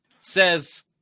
says